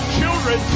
children